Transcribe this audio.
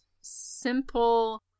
simple